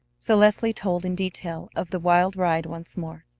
so leslie told in detail of the wild ride once more.